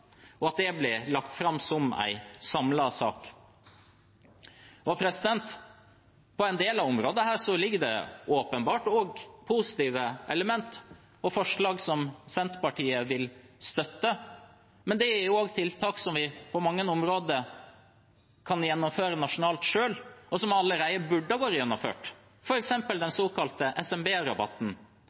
og at det blir lagt fram som en samlet sak. På en del av områdene ligger det åpenbart positive element og forslag som Senterpartiet vil støtte, men det er også tiltak som vi på mange områder selv kan gjennomføre nasjonalt, og som allerede burde ha vært gjennomført, f.eks. den såkalte